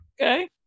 okay